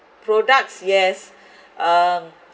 products yes um